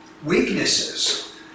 weaknesses